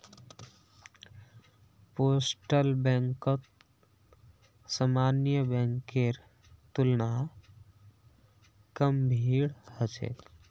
postal बैंकत सामान्य बैंकेर तुलना कम भीड़ ह छेक